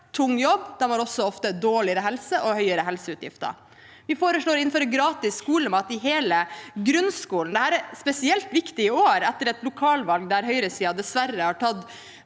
tung jobb – ofte også har dårligere helse og høyere helseutgifter. Vi foreslår å innføre gratis skolemat i hele grunnskolen. Dette er spesielt viktig i år etter et lokalvalg der høyresiden dessverre har tatt